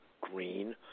green